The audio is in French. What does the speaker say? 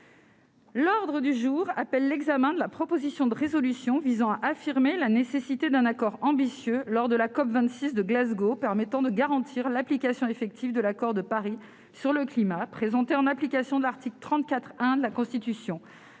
demande du groupe Les Républicains, de la proposition de résolution visant à affirmer la nécessité d'un accord ambitieux lors de la COP26 de Glasgow permettant de garantir l'application effective de l'accord de Paris sur le climat, présentée, en application de l'article 34-1 de la Constitution,